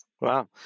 Wow